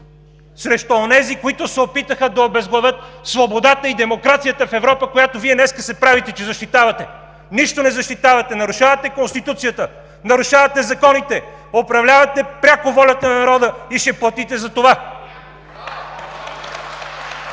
срещу онези, които се опитаха да обезглавят свободата и демокрацията в Европа, която Вие днес се правите, че защитавате. Нищо не защитавате! Нарушавате Конституцията, нарушавате законите, управлявате пряко волята на народа и ще платите за това!